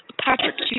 Patrick